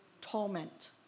torment